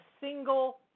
single